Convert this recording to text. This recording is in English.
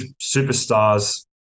superstars